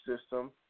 system